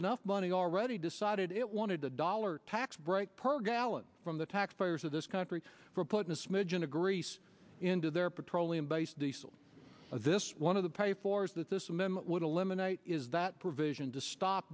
enough money already decided it wanted a dollar tax break per gallon from the taxpayers of this country for putting a smidgen of grease into their petroleum based diesel this one of the pay for is that this amendment would eliminate is that provision to stop